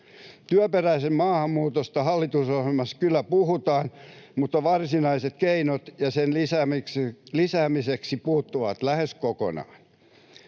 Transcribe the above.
Työperäisestä maahanmuutosta hallitusohjelmassa kyllä puhutaan, mutta varsinaiset keinot sen lisäämiseksi puuttuvat lähes kokonaan.